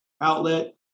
outlet